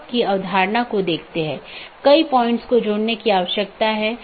हम देखते हैं कि N1 R1 AS1 है यह चीजों की विशेष रीचाबिलिटी है